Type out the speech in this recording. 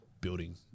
building